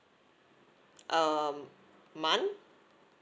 um month